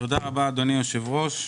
תודה, אדוני היושב-ראש.